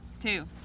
two